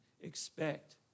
expect